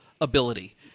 ability